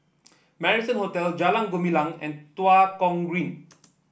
Marrison Hotel Jalan Gumilang and Tua Kong Green